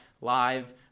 live